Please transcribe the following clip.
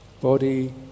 body